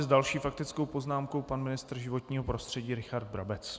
S další faktickou poznámkou pan ministr životního prostředí Richard Brabec.